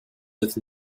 with